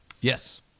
Yes